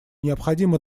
необходимо